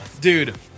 Dude